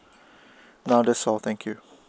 no that's all thank you